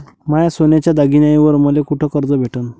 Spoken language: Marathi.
माया सोन्याच्या दागिन्यांइवर मले कुठे कर्ज भेटन?